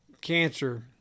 cancer